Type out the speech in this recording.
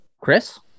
chris